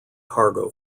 cargo